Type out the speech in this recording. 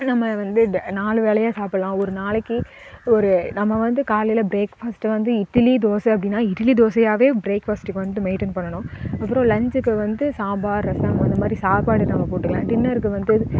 நம்ம வந்து நாலு வேளையாக சாப்பிட்லாம் ஒரு நாளைக்கு ஒரு நம்ம வந்து காலையி பிரேக்ஃபஸ்ட் வந்து இட்லி தோசை அப்படினா இட்லி தோசையாவே பிரேக்ஃபஸ்ட்டுக்கு வந்து மெய்ன்டென் பண்ணணும் அப்புறம் லஞ்சுக்கு வந்து சாம்பார் ரசம் அந்த மாதிரி சாப்பாடு நம்ம போட்டுக்கலாம் டின்னருக்கு வந்து